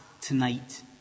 tonight